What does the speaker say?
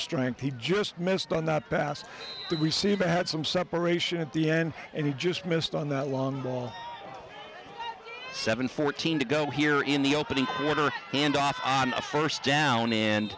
strength he just missed on that pass the receiver had some separation at the end and he just missed on that long ball seven fourteen to go here in the opening order and on a first down in